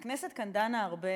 חבר הכנסת משולם נהרי.